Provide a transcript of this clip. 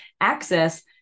access